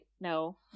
no